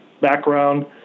background